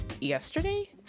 yesterday